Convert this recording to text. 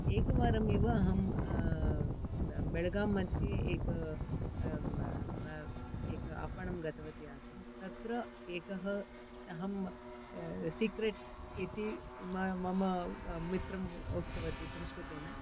एकवारमेव अहं बेलगाम् मध्ये एक एक आपणं गतवती आसम् तत्र एकः अहं सीक्रेट् इति मम मित्रम् उक्तवती संस्कृतेन